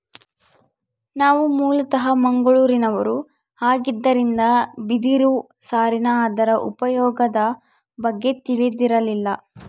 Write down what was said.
ನಾವು ಮೂಲತಃ ಮಂಗಳೂರಿನವರು ಆಗಿದ್ದರಿಂದ ಬಿದಿರು ಸಾರಿನ ಅದರ ಉಪಯೋಗದ ಬಗ್ಗೆ ತಿಳಿದಿರಲಿಲ್ಲ